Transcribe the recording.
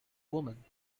woman